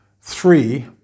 three